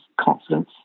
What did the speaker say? confidence